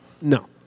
No